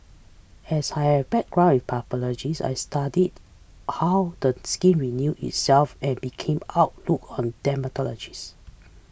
as I had background in pathology I studied how the skin renew itself and became hook on dermatology